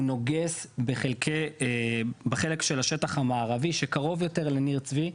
הוא נוגס בחלק של השטח המערבי שקרוב יותר לניר צבי.